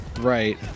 Right